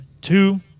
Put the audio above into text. two